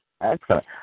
Excellent